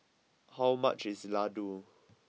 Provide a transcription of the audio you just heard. how much is Ladoo